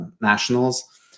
nationals